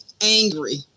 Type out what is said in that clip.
angry